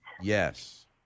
yes